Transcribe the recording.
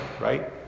right